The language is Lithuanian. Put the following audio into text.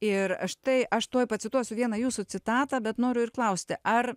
ir štai aš tuoj pacituosiu vieną jūsų citatą bet noriu ir klausti ar